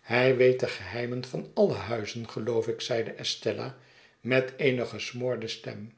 hij weet de geheimen van alle huizen geloof ik zeide estella met eene gesmoorde stem